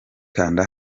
kanda